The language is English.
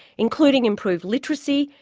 including improved literacy,